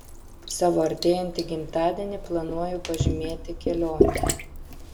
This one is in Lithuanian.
savo artėjantį gimtadienį planuoju pažymėti kelionėje